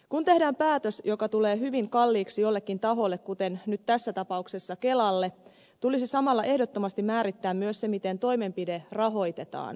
kun tehdään päätös joka tulee hyvin kalliiksi jollekin taholle kuten nyt tässä tapauksessa kelalle tulisi samalla ehdottomasti määrittää myös se miten toimenpide rahoitetaan